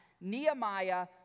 Nehemiah